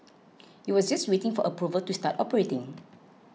it was just waiting for approval to start operating